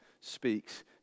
speaks